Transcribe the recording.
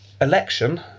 election